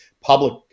public